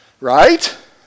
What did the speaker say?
Right